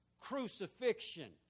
crucifixion